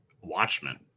Watchmen